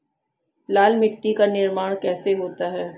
लाल मिट्टी का निर्माण कैसे होता है?